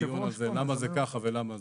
לדיון על זה, למה זה ככה ולמה זה.